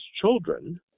children